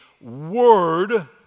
word